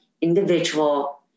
individual